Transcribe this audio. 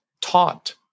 taught